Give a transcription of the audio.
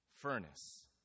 furnace